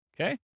Okay